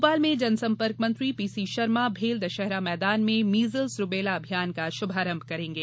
भोपाल में जनसम्पर्क मंत्री पीसी शर्मा भेल दशहरा मैदान में मीजल्स रूबेला अभियान का शुभारंभ करेंगे